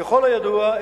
ככל הידוע,